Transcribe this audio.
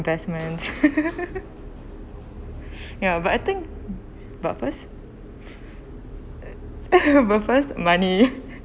investments ya but I think but first but first money